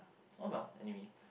oh well anyway